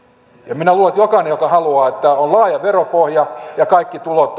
ja minä luulen että jokainen joka haluaa että on laaja veropohja ja kaikki tulot